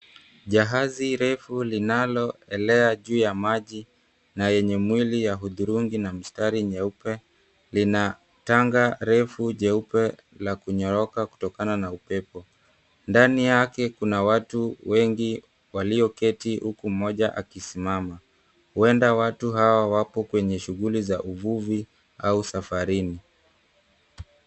Jahazi refu linaloelea juu ya maji, na yenye mwili ya hudhurungi na mstari nyeupe, lina tanga refu jeupe la kunyoroka kutokana na upepo. Ndani yake kuna watu wengi walioketi, huku mmoja akisimama. Huenda watu hao wapo kwenye shughuli za uvuvi au safarini.